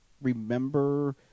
remember